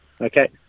Okay